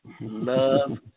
Love